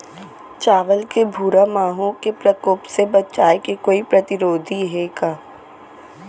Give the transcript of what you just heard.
चांवल के भूरा माहो के प्रकोप से बचाये के कोई प्रतिरोधी हे का?